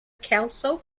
kelso